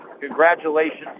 Congratulations